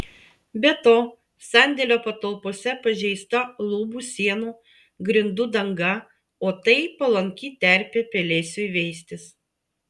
be to sandėlio patalpose pažeista lubų sienų grindų danga o tai palanki terpė pelėsiui veistis